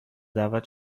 دعوت